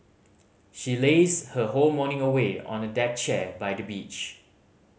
she lazed her whole morning away on a deck chair by the beach